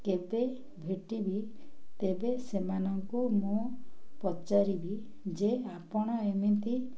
କେବେ ଭେଟିବି ତେବେ ସେମାନଙ୍କୁ ମୁଁ ପଚାରିବି ଯେ ଆପଣ ଏମିତି